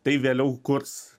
tai vėliau kurs